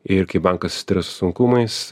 ir kai bankas susiduria su sunkumais